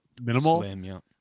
minimal